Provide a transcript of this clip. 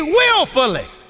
willfully